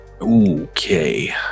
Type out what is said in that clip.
okay